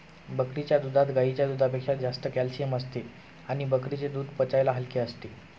बकरीच्या दुधात गाईच्या दुधापेक्षा जास्त कॅल्शिअम असते आणि बकरीचे दूध पचायला हलके असते